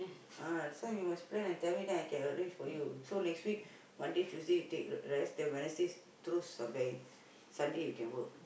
ah that's why you must plan and tell me then I can arrange for you so next week Monday Tuesday you take r~ rest then Wednesdays through Sunday Sunday you can work